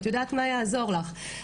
את יודעת מה יעזור לך.